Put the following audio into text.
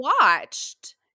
watched